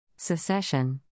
Secession